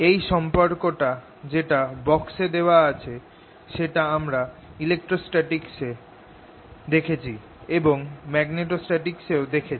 এই সম্পর্ক টা যেটা বক্স এ দেওয়া আছে সেটা আমরা ইলেক্ট্রোস্ট্যাটিক্স এ দেখেছি এবং এখন মাগনেটোস্ট্যাটিক্স এ দেখছি